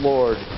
Lord